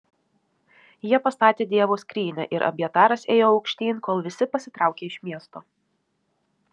jie pastatė dievo skrynią ir abjataras ėjo aukštyn kol visi pasitraukė iš miesto